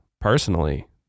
personally